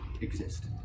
exist